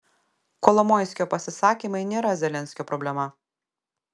kolomoiskio pasisakymai nėra zelenskio problema